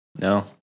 No